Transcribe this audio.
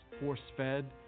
force-fed